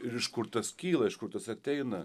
ir iš kur tas kyla iš kur tas ateina